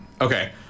Okay